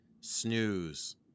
Snooze